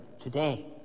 today